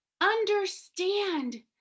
understand